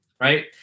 right